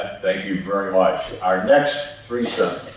thank you very much. our next threesome.